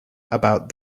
about